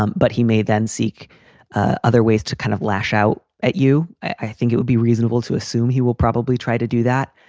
um but he may then seek ah other ways to kind of lash out at you. i think it would be reasonable to assume he will probably try to do that.